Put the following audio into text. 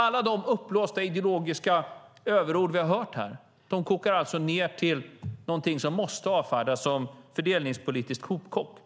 Alla de uppblåsta ideologiska överord vi har hört här kokar alltså ned till någonting som måste avfärdas som fördelningspolitiskt hopkok,